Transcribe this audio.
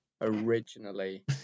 originally